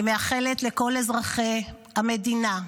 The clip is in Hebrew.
אני מאחלת לכל אזרחי המדינה,